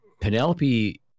Penelope